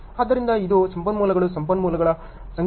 ಆದ್ದರಿಂದ ಇದು ಸಂಪನ್ಮೂಲಗಳು ಸಂಪನ್ಮೂಲಗಳ ಸಂಖ್ಯೆ ಮತ್ತು ಇದು ದಿನಗಳಲ್ಲಿ ಇದೆ